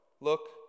Look